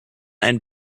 einen